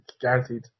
guaranteed